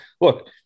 look